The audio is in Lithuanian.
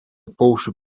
paukščių